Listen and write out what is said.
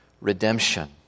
redemption